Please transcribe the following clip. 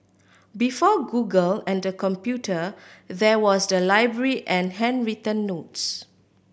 before Google and the computer there was the library and handwritten notes